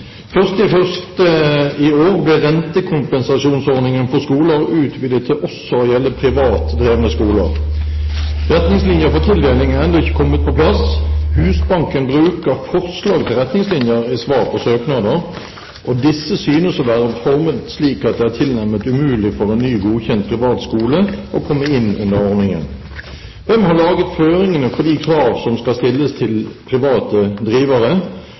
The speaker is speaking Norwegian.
retningslinjer» i svar på søknader, og disse synes å være formet slik at det er tilnærmet umulig for en ny godkjent privat drevet skole å komme inn under ordningen. Hvem har laget føringene for de krav som skal stilles til private drivere,